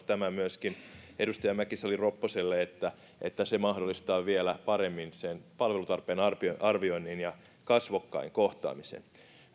tämä vastauksena myöskin edustaja mäkisalo ropposelle että että se mahdollistaa vielä paremmin sen palvelutarpeen arvioinnin ja kasvokkain kohtaamisen